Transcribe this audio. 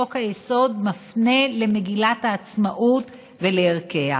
חוק-היסוד מפנה למגילת העצמאות ולערכיה.